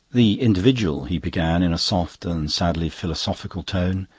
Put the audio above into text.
the individual, he began in a soft and sadly philosophical tone,